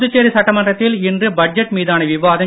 புதுச்சேரி சட்டமன்றத்தில் இன்று பட்ஜெட் மீதனா விவாதம்